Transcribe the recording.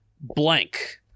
blank